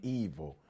evil